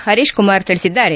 ಹರೀಶಕುಮಾರ ತಿಳಿಸಿದ್ದಾರೆ